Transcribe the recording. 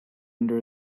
under